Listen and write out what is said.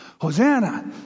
Hosanna